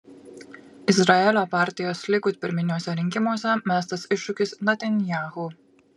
izraelio partijos likud pirminiuose rinkimuose mestas iššūkis netanyahu